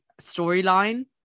storyline